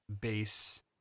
base